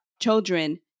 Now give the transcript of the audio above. children